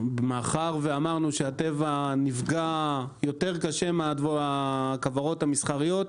מאחר ואמרנו שהטבע נפגע יותר קשה מהכוורות המסחריות,